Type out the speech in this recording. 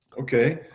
okay